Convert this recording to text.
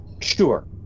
Sure